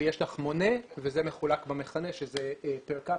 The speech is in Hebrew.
ויש לך מונה וזה מחולק במכנה שזה פר קפיטה,